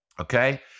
okay